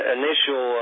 initial